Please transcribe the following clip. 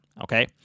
okay